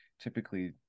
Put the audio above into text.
typically